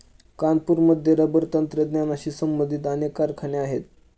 कानपूरमध्ये रबर तंत्रज्ञानाशी संबंधित अनेक कारखाने आहेत